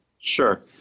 sure